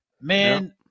Man